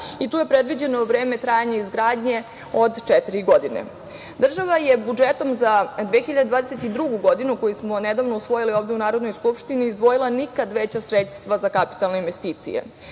i tu je predviđeno vreme trajanja izgradnje od četiri godine. Država je budžetom za 2022. godinu, koji smo nedavno ovde usvojili u Narodnoj skupštini, izdvojila nikad veća sredstva za kapitalne investicije.